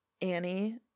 annie